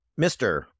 Mr